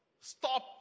stop